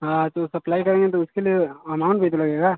हाँ तो सप्लाई करेंगे तो उसके लिए अमाउन्ट भी तो लगेगा